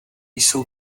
jsou